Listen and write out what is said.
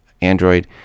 Android